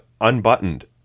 Unbuttoned